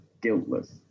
guiltless